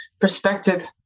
perspective